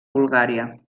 bulgària